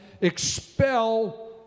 expel